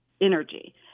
energy